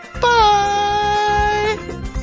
bye